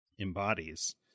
embodies